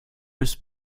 bis